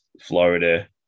Florida